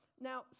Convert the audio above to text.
Now